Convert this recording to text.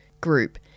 group